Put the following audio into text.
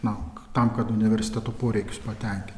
mauk tam kad universiteto poreikius patenkinti